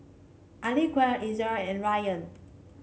Aqilah Zikri and Ryan